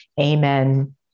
Amen